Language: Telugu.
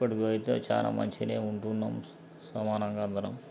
ఇప్పటికైతే చాలా మంచిగానే ఉంటున్నాం సమానంగా అందరం